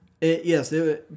Yes